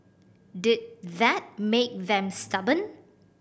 did that make them stubborn